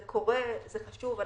זה קורה, זה חשוב.